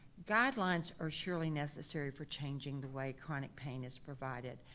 guidelines are surely necessary for changing the way chronic pain is provided,